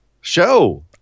show